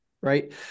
right